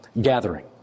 gathering